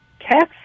Cats